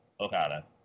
Okada